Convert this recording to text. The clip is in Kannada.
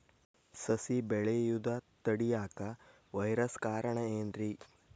ಸಸಿ ಬೆಳೆಯುದ ತಡಿಯಾಕ ವೈರಸ್ ಕಾರಣ ಏನ್ರಿ?